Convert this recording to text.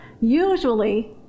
usually